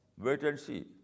wait-and-see